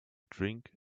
drink